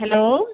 hello